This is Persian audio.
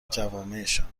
جوامعشان